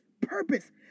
purpose